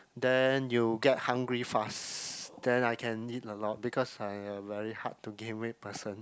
then you get hungry fast then I can eat a lot because I a very hard to gain weight person